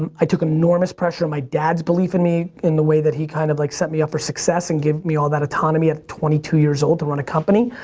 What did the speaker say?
um i took enormous pressure in my dad's belief in me in the way that he kind of like set me up for success and gave me all that autonomy at twenty two years old to run a company.